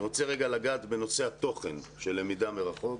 אני רוצה לגעת בנושא התוכן של למידה מרחוק.